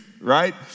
right